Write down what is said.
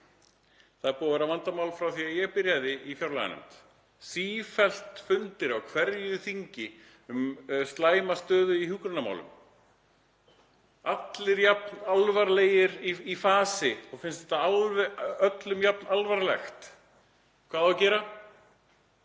það búið að vera vandamál frá því að ég byrjaði í fjárlaganefnd. Sífellt fundir á hverju þingi um slæma stöðu í hjúkrunarmálum, allir jafn alvarlegir í fasi og öllum finnst þetta jafn alvarlegt. Hvað á að gera?